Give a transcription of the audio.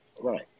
Right